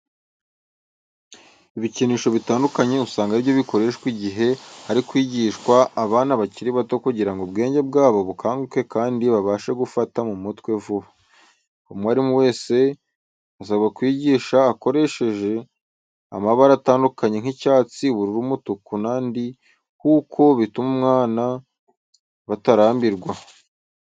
Ibikinisho bitandukanye usanga ari byo bikoreshwa igihe hari kwigishwa abana bakiri bato kugira ngo ubwenge bwabo bukanguke kandi babashe gufata mu mutwe vuba. Umwarimu wese asabya kwigisha akoreshejeje amabara atandukanye nk'icyatsi, ubururu, umutuku n'andi kuko bitumwa abana batarambirwa.